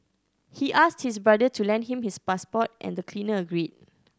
he asked his brother to lend him his passport and the cleaner agreed